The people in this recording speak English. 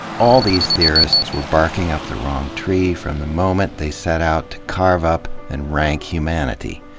all these theorists were barking up the wrong tree from the moment they set out to carve up and rank humanity.